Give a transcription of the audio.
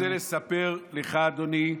אני רוצה לספר לך, אדוני,